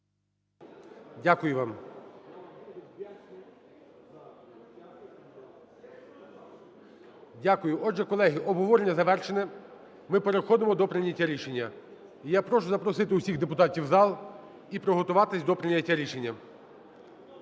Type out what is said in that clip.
Дякую вам. Дякую. Отже, колеги, Обговорення завершене ми переходимо до прийняття рішення. Я прошу запросити всіх депутатів в зал і приготуватись до прийняття рішення.